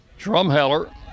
Drumheller